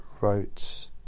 wrote